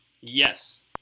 Yes